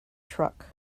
truck